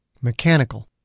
mechanical